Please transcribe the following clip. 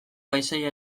paisaia